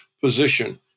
position